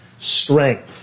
strength